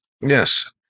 yes